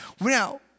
Now